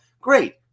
Great